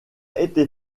été